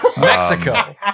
Mexico